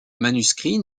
manuscrits